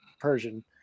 Persian